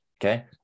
Okay